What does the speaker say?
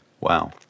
Wow